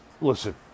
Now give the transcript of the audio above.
listen